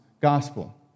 gospel